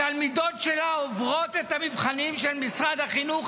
התלמידות שלה עוברות את המבחנים של משרד החינוך,